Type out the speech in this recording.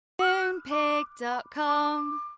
Moonpig.com